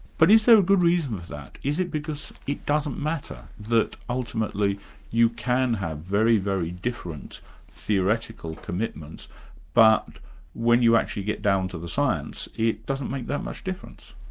but is there a good reason for that? is it because it doesn't matter that ultimately you can have very, very different theoretical commitments but when you actually get down to the science it doesn't make that much difference?